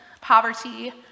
poverty